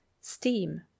steam